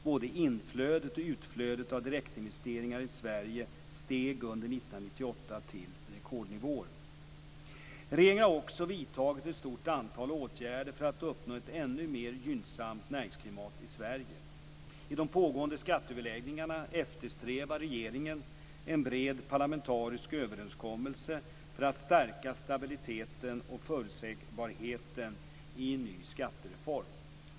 Både inflödet och utflödet av direktinvesteringar i Sverige steg under 1998 till rekordnivåer. Regeringen har också vidtagit ett stort antal åtgärder för att uppnå ett ännu mer gynnsamt näringsklimat i Sverige. I de pågående skatteöverläggningarna eftersträvar regeringen en bred parlamentarisk överenskommelse för att säkra stabiliteten och förutsägbarheten i en ny skattereform.